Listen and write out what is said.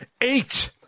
Eight